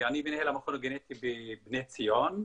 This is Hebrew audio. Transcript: אני מנהל המכון הגנטי בבני ציון,